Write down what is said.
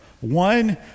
one